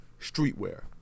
Streetwear